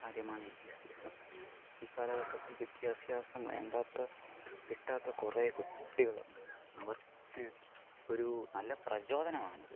കാര്യമാണ് വിദ്യാഭ്യാസം കുട്ടിക്കാലഘട്ടത്തിൽ വിദ്യാഭ്യാസം വേണ്ടാത്ത കിട്ടാത്ത കുറേ കുട്ടികളുണ്ട് അവർക്ക് ഒരു നല്ല പ്രചോദനമാണിത്